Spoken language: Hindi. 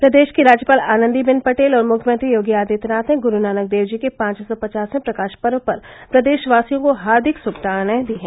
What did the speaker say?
प्रदेश की राज्यपाल आनन्दीबेन पटेल और मुख्यमंत्री योगी आदित्वनाथ ने गुरु नानक देव जी के पांच सौ पचासवे प्रकाश पर्व पर प्रदेशवासियों को हार्दिक शुभकामनाएं दी हैं